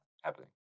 happening